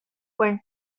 when